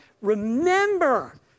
remember